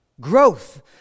growth